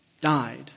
Died